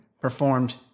performed